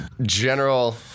General